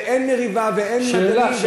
ואין מריבה ואין מדנים,